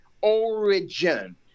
origin